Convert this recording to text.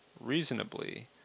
reasonably